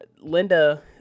Linda